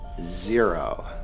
zero